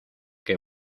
que